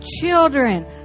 children